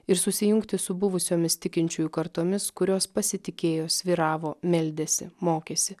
ir susijungti su buvusiomis tikinčiųjų kartomis kurios pasitikėjo svyravo meldėsi mokėsi